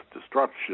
destruction